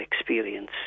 experience